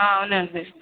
అవునండి